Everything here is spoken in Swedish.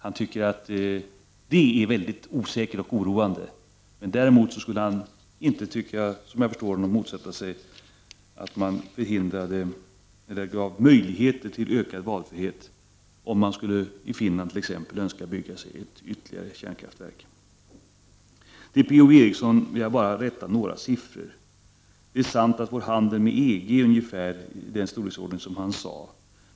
Han tycker att detta är mycket osäkert och oroande. Däremot skulle han, om jag förstår honom rätt, motsätta sig att man ger möjligheter till ökad valfrihet för t.ex. Finland, om Finland ville bygga ytterligare ett kärnkraftverk. Sedan vill jag, Per-Ola Eriksson, bara rätta några siffror. Det är sant att vår handel med EG är av ungefär den storleksordning som Per-Ola Eriksson nämnde.